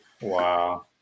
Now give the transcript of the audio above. Wow